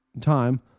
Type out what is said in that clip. Time